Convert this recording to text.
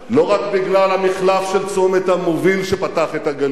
לא רק בגלל המחלף של צומת המוביל שפתח את הגליל,